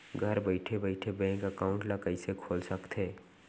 घर बइठे बइठे बैंक एकाउंट ल कइसे खोल सकथे?